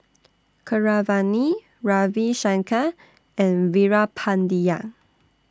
Keeravani Ravi Shankar and Veerapandiya